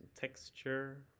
texture